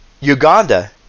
Uganda